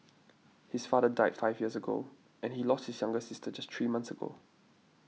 his father died five years ago and he lost his younger sister just three months ago